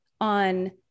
on